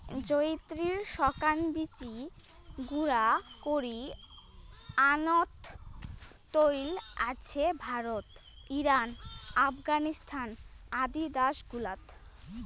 জয়িত্রির শুকান বীচি গুঁড়া করি আন্দনোত চৈল আছে ভারত, ইরান, আফগানিস্তান আদি দ্যাশ গুলাত